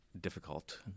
difficult